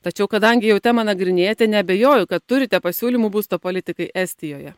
tačiau kadangi jau temą nagrinėjate neabejoju kad turite pasiūlymų būsto politikai estijoje